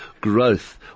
growth